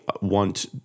want